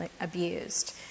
abused